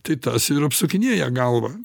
tai tas ir apsukinėja galvą